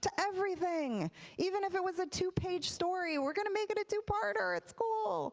to everything even if it was a two page story we're gonna make it a two parter it's cool.